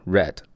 Red